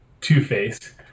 Two-Face